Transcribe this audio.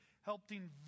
Helping